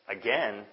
again